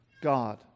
God